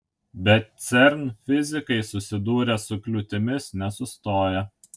bet cern fizikai susidūrę su kliūtimis nesustoja